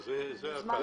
אתה מוזמן.